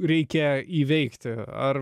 reikia įveikti ar